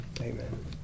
Amen